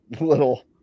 little